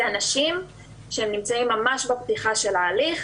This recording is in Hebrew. זה אנשים שנמצאים ממש בפתיחה של ההליך,